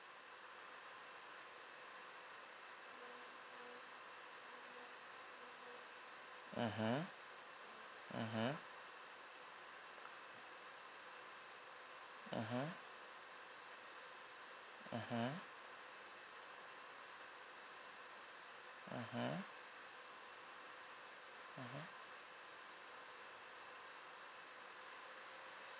mmhmm mmhmm mmhmm mmhmm mmhmm mmhmm